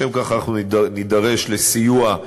לשם כך נידרש לסיוע,